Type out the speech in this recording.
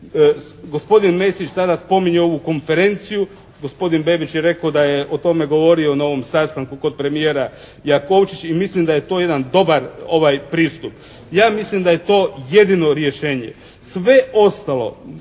Gospodin Mesić sada spominje ovu konferenciju. Gospodin Bebić je rekao da je o tome govorio na ovom sastanku kod premijera Jakovčić i mislim da je to jedan dobar pristup. Ja mislim da je to jedino rješenje. Sve ostalo